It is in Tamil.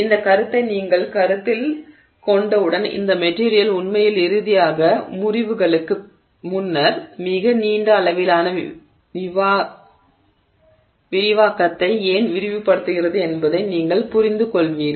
இந்த கருத்தை நீங்கள் கருத்தில் கொண்டவுடன் இந்த மெட்டிரியல் உண்மையில் இறுதியாக முறிவுகளுக்கு முன்னர் மிக நீண்ட அளவிலான விரிவாக்கத்தை ஏன் விரிவுபடுத்துகிறது என்பதை நீங்கள் புரிந்துகொள்கிறீர்கள்